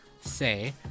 say